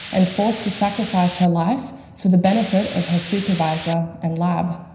and forced to sacrifice her life for the benefit of her supervisor and lab.